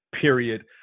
period